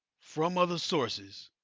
from other sources.